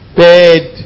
paid